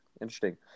Interesting